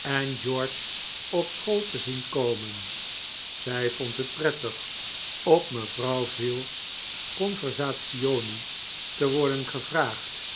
en george op school te zien komen zij vond het prettig op mevrouw veal's conversazioni te worden gevraagd